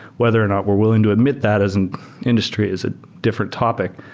whether or not we're willing to admit that as an industry is a different topic.